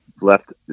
left